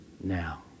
now